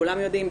כולם רואים,